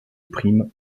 primes